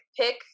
pick